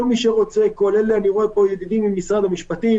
כל מי שרוצה כולל ידידי ממשרד המשפטים